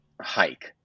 hike